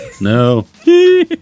No